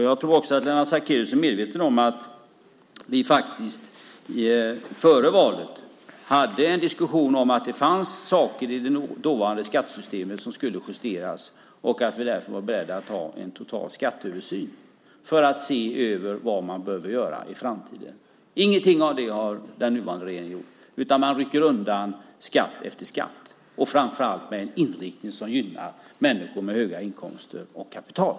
Jag tror också att Lennart Sacrédeus är medveten om att vi före valet faktiskt hade en diskussion om att det fanns saker i det dåvarande skattesystemet som skulle justeras och att vi därför var beredda att göra en total skatteöversyn för att se vad som skulle behöva göras i framtiden. Ingenting av detta har den nuvarande regeringen gjort, utan man rycker undan skatt efter skatt. Framför allt sker det med en inriktning som gynnar människor med höga inkomster och kapital.